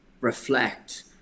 reflect